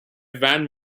van